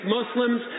Muslims